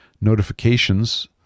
notifications